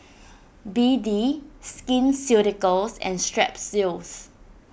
B D Skin Ceuticals and Strepsils